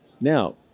Now